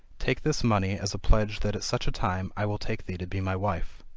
take this money as a pledge that at such a time i will take thee to be my wife.